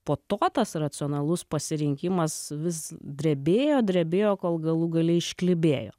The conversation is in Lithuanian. po to tas racionalus pasirinkimas vis drebėjo drebėjo kol galų gale išklibėjo